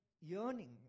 yearning